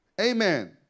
Amen